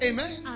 Amen